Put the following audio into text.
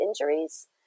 injuries